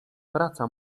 praca